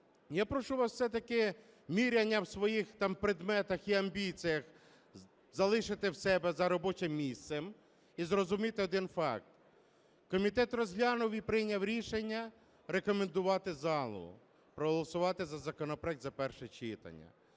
Я прошу вас все-таки міряння в своїх там предметах і амбіціях залишити в себе за робочим місцем і зрозуміти один факт: комітет розгляну і прийняв рішення рекомендувати залу, проголосувати за законопроект за перше читання.